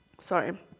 Sorry